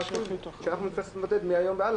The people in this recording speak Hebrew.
בהחלט, חושבים שיש ערך וטעם לדיון הזה.